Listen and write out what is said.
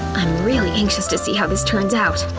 i'm really anxious to see how this turns out.